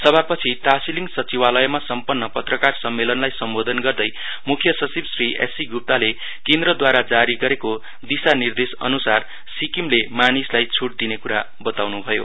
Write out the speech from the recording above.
सभा पछि टाशीलिङ सचिवालयमा सम्पन्न पत्रकार सम्मेलनलाई सम्बोधन गर्दै मुख्य सचिव श्री एस सी गुप्ताले केन्द्रद्वारा जारि गरेको दिशा निर्देश अनुसार सिक्किमले मानिसलाई छुट दिने कुरा बताउनु भयो